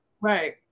Right